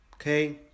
Okay